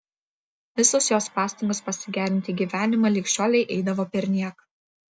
visos jos pastangos pasigerinti gyvenimą lig šiolei eidavo perniek